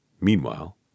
meanwhile